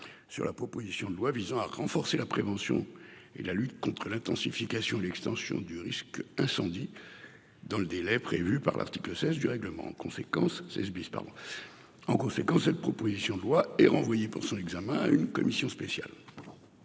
sur la proposition de loi visant à renforcer la prévention et la lutte contre l'intensification, l'extension du risque incendie. Dans le délai prévu par l'article 16 du règlement conséquence c'est ce bis par mois. En conséquence cette proposition de loi est renvoyé pour son examen à une commission spéciale.